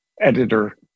editor